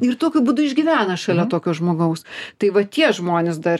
ir tokiu būdu išgyvena šalia tokio žmogaus tai va tie žmonės dar